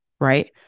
right